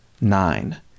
nine